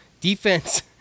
Defense